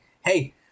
hey